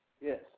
yes